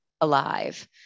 alive